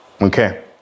Okay